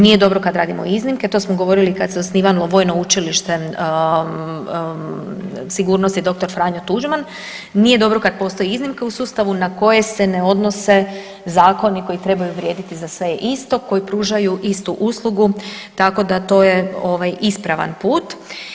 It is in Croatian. Nije dobro kad radimo iznimke to smo govorili kad se osnivalo Vojno učilište sigurnosti dr. Franjo Tuđman, nije dobro kad postoji iznimka u sustavu na koje se ne odnose zakoni koji trebaju vrijediti za sve isto, koji pružaju istu uslugu tako da to je ispravan put.